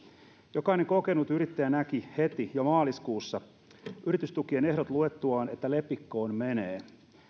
jokainen kokenut yrittäjä näki heti jo maaliskuussa yritystukien ehdot luettuaan että lepikkoon menee